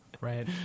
Right